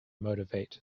motivate